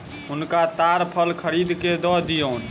हुनका ताड़ फल खरीद के दअ दियौन